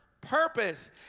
purpose